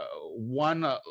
one